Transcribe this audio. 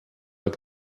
like